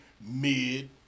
mid